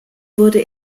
wurde